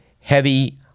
heavy